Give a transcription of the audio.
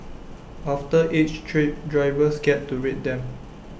after each trip drivers get to rate them